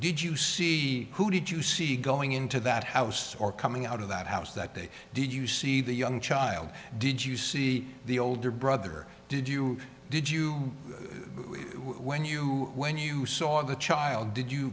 did you see who did you see going into that house or coming out of that house that day did you see the young child did you see the older brother did you did you when you when you saw the child did you